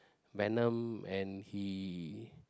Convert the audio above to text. venom and he